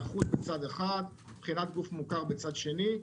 ההיערכות מצד אחד ובחינת גוף מוכר מצד שני.